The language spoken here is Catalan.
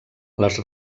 les